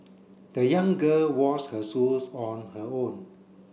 the young girl washed her shoes on her own